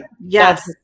yes